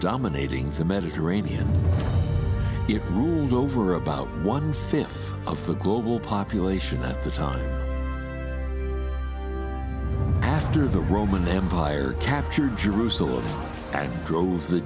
dominating the mediterranean it over about one fifth of the global population at the time after the roman empire captured jerusalem and drove the